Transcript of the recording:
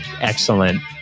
excellent